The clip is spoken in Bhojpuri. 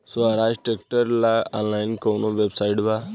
सोहराज ट्रैक्टर ला ऑनलाइन कोउन वेबसाइट बा?